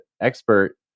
expert